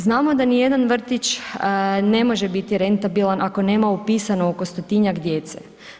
Znamo da nijedan vrtić ne može biti rentabilan ako nema upisano oko stotinjak djece.